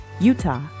Utah